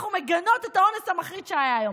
אנחנו מגנות את האונס המחריד שהיה היום.